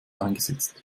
eingesetzt